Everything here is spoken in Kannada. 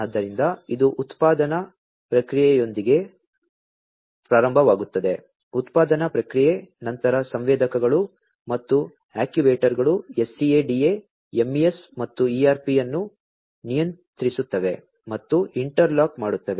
ಆದ್ದರಿಂದ ಇದು ಉತ್ಪಾದನಾ ಪ್ರಕ್ರಿಯೆಯೊಂದಿಗೆ ಪ್ರಾರಂಭವಾಗುತ್ತದೆ ಉತ್ಪಾದನಾ ಪ್ರಕ್ರಿಯೆ ನಂತರ ಸಂವೇದಕಗಳು ಮತ್ತು ಆಕ್ಯೂವೇಟರ್ಗಳು SCADA MES ಮತ್ತು ERP ಅನ್ನು ನಿಯಂತ್ರಿಸುತ್ತವೆ ಮತ್ತು ಇಂಟರ್ಲಾಕ್ ಮಾಡುತ್ತವೆ